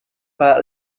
pak